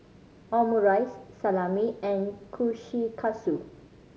Omurice Salami and Kushikatsu